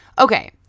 Okay